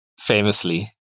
Famously